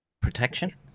protection